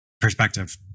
Perspective